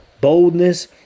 boldness